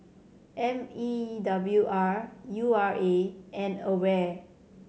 M E W R U R A and AWARE